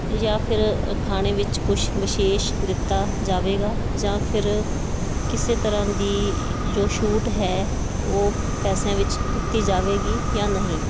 ਜਾਂ ਫਿਰ ਖਾਣੇ ਵਿੱਚ ਕੁਛ ਵਿਸ਼ੇਸ਼ ਦਿੱਤਾ ਜਾਵੇਗਾ ਜਾਂ ਫਿਰ ਕਿਸੇ ਤਰ੍ਹਾਂ ਦੀ ਜੋ ਛੂਟ ਹੈ ਉਹ ਪੈਸਿਆਂ ਵਿੱਚ ਦਿੱਤੀ ਜਾਵੇਗੀ ਜਾਂ ਨਹੀਂ